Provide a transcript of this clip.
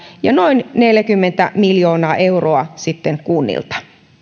ja noin neljäkymmentä miljoonaa euroa kunnilta